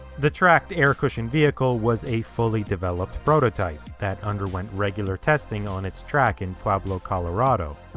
the tracked air cushion vehicle was a fully developed prototype that underwent regular testing on its track in pueblo, colorado.